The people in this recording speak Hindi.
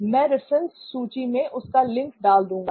मैं रिफरेंस सूची में उसका लिंक डाल दूंगा